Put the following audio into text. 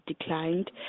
declined